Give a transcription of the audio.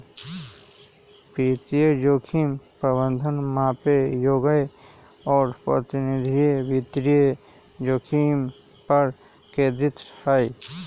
वित्तीय जोखिम प्रबंधन मापे योग्य और प्रबंधनीय वित्तीय जोखिम पर केंद्रित हई